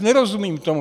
Nerozumím tomu.